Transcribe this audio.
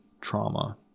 trauma